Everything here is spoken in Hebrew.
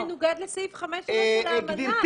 זה מנוגד לסעיף 5 של האמנה.